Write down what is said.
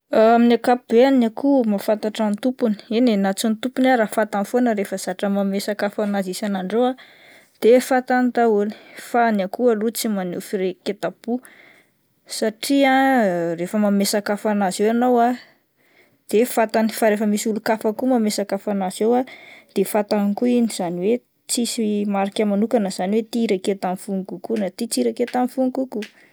Amin'ny ankapobeany ny akoho mahafantatra ny tompony, eny eh na tsy ny tompony ary fantany foana rehefa zatra manome sakafo an'azy isan'andro eo ah de fantany daholo. Fa ny akoho aloha tsy maneho fireketam-po satria rehefa manome sakafo an'azy eo ianao ah de fantany fa rehefa misy olon-kafa ko manome sakafo an'azy eo ah de fantany koa iny izany hoe tsisy marika manokana izany hoe ity iraketan'ny fony kokoa na tsy iraketan'ny fony kokoa.